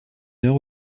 heure